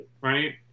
right